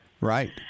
Right